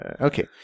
Okay